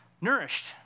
nourished